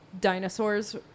dinosaurs